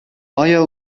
آیا